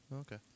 Okay